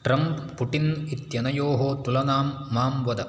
Trump Putin इत्यनयोः तुलनां मां वद